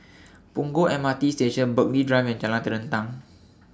Punggol M R T Station Burghley Drive and Jalan Terentang